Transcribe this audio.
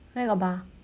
where got bar